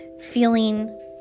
feeling